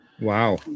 wow